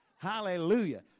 Hallelujah